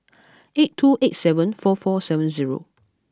eight two eight seven four four seven zero